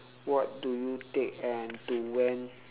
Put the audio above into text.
what do you take and to when